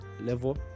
level